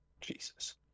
Jesus